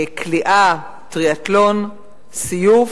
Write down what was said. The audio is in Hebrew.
קליעה, טריאתלון, סיוף,